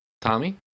Tommy